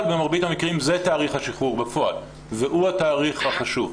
במרבית המקרים זה תאריך השחרור בפועל והוא התאריך החשוב.